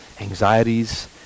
anxieties